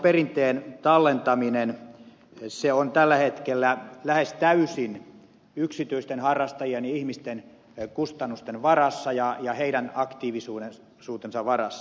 ajoneuvoperinteen tallentaminen on tällä hetkellä lähes täysin yksityisten harrastajien ja ihmisten kustannusten varassa ja heidän aktiivisuutensa varassa